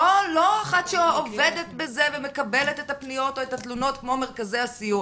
לא אחת שעובדת בזה ומקבלת את הפניות או את התלונות כמו מרכזי הסיוע.